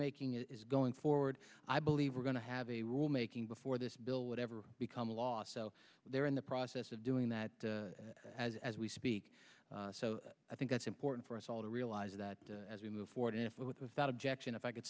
rulemaking is going forward i believe we're going to have a rule making before this bill would ever become law so they're in the process of doing that as as we speak so i think that's important for us all to realize that as we move forward if without objection if i could